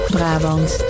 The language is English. Brabant